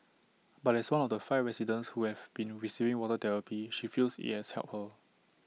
but as one of the five residents who have been receiving water therapy she feels IT has helped her